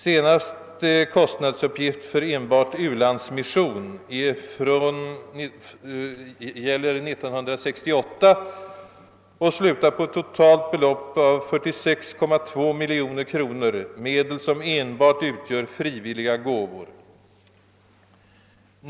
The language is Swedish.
Senaste kostnadsuppgift för u-landsmission gäller 1968 och slutar på ett totalt belopp av 46,2 miljoner kronor, medel som består enbart av frivilliga gåvor.